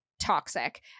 toxic